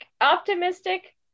optimistic